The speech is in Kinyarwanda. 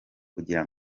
kugira